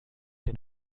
den